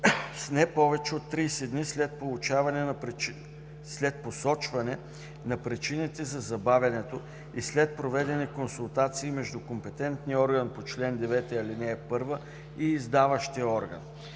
не повече от 30 дни след посочване на причините за забавянето и след проведени консултации между компетентния орган по чл. 9, ал. 1 и издаващия орган.